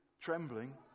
trembling